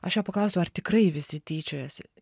aš jo paklausiau ar tikrai visi tyčiojasi